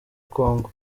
kongo